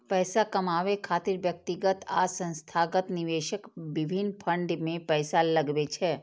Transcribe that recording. पैसा कमाबै खातिर व्यक्तिगत आ संस्थागत निवेशक विभिन्न फंड मे पैसा लगबै छै